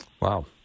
Wow